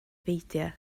beidio